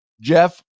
Jeff